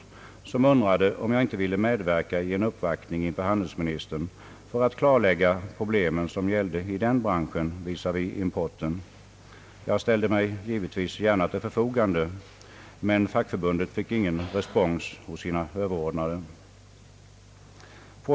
Fackförbundet undrade om jag ville medverka i en uppvaktning inför handelsministern för att klarlägga de problem som gällde den branschen visavi importen. Jag ställde mig givetvis gärna till förfogande, men fackförbundet fick inte respons hos sina överordnade.